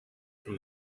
from